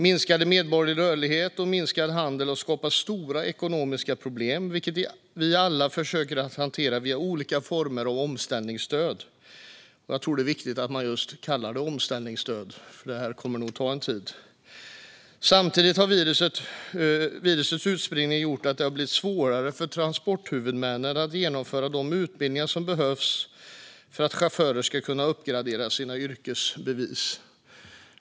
Minskad medborgerlig rörlighet och minskad handel har skapat stora ekonomiska problem, vilket vi alla försöker att hantera via olika former av omställningsstöd. Jag tror att det är viktigt att man kallar det just omställningsstöd, för det här kommer nog att ta tid. Samtidigt har virusets utspridning gjort att det har blivit svårare för transporthuvudmännen att genomföra de utbildningar som behövs för att chaufförer ska kunna uppgradera sina yrkesbevis.